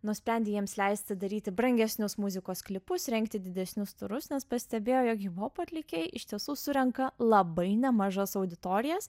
nusprendė jiems leisti daryti brangesnius muzikos klipus rengti didesnius turus nes pastebėjo jog hiphopo atlikėjai iš tiesų surenka labai nemažas auditorijas